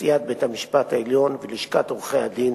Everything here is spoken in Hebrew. נשיאת בית-המשפט העליון, לשכת עורכי-הדין,